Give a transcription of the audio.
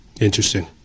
Interesting